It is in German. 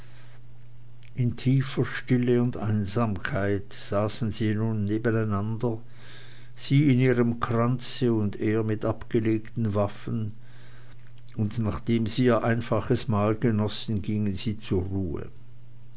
in tiefer stille und einsamkeit saßen sie nun nebeneinander sie in ihrem kranze und er mit abgelegten waffen und nachdem sie ihr einfaches mahl genossen gingen sie zur ruhe